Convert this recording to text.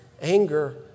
anger